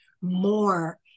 more